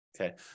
okay